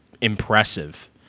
impressive